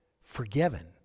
forgiven